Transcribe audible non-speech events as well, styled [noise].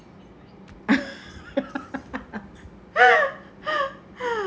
[laughs]